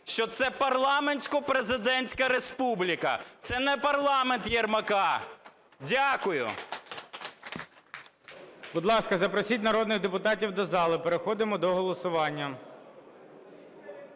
що це парламентсько-президентська республіка, це не парламент Єрмака. Дякую. ГОЛОВУЮЧИЙ. Будь ласка, запросіть народних депутатів до залу, переходимо до голосування.